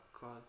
God